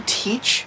teach